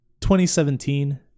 2017